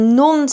non